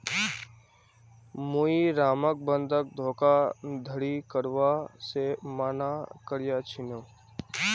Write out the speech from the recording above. मुई रामक बंधक धोखाधड़ी करवा से माना कर्या छीनु